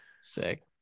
sick